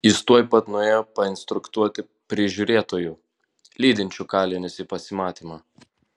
jis tuoj pat nuėjo painstruktuoti prižiūrėtojų lydinčių kalinius į pasimatymą